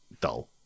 dull